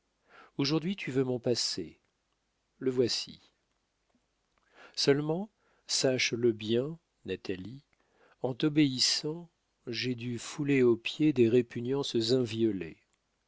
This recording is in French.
aujourd'hui tu veux mon passé le voici seulement sache-le bien natalie en t'obéissant j'ai dû fouler aux pieds des répugnances inviolées